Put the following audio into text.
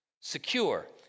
secure